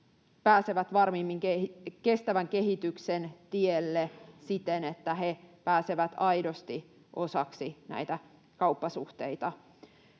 pääsevät varmimmin kestävän kehityksen tielle siten, että he pääsevät aidosti osaksi näitä kauppasuhteita.